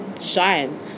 shine